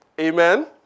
Amen